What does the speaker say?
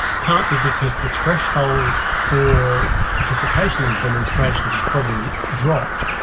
partly because the threshold for participation in demonstrations has probably dropped,